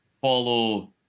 follow